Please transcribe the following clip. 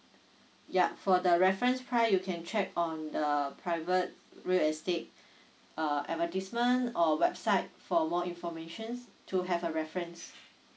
yup for the reference price you can check on the private real estate uh advertisement or website for more information to have a references